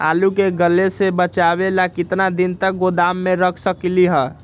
आलू के गले से बचाबे ला कितना दिन तक गोदाम में रख सकली ह?